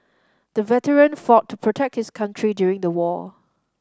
the veteran fought to protect his country during the war